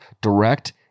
direct